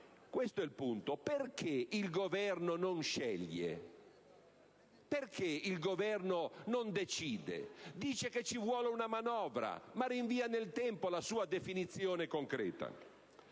questo è il punto - il Governo non sceglie? Per quale motivo il Governo non decide? Dice che ci vuole una manovra, ma rinvia nel tempo la sua definizione concreta.